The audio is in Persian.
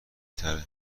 تره